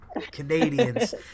Canadians